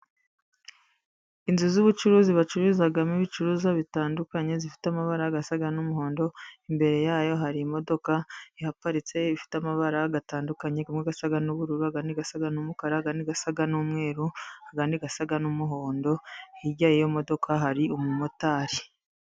Inzu z'ubucuruzi bacururizamo ibicuruzwa bitandukanye zifite amabara asa n'umuhondo imbere yayo hari imodoka ihaparitse ifite amabara atandukanyemo asa n'ubururu, n'asa n'umukara, andi asa n'umweru ayandi asa n'umuhondo , hirya y'iyo modoka hari umumotari.